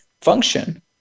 function